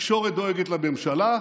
התקשורת דואגת לממשלה,